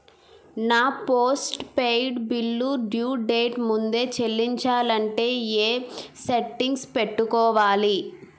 నా postpaid బిల్లు due date ముందే చెల్లించాలంటే ఎ సెట్టింగ్స్ పెట్టుకోవాలి?